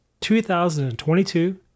2022